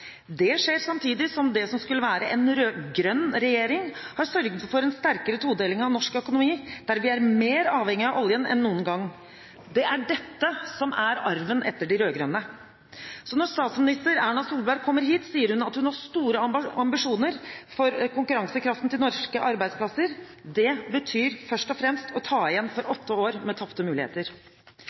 Det skjer samtidig som det som skulle være en rød-grønn regjering, har sørget for en sterkere todeling av norsk økonomi, der vi er mer avhengig av oljen enn noen gang. Det er dette som er arven etter de rød-grønne. Så når statsminister Erna Solberg kommer hit, sier hun at hun har store ambisjoner for konkurransekraften til norske arbeidsplasser. Det betyr først og fremst å ta igjen for åtte år med tapte muligheter.